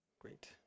Great